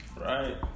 right